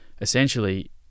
essentially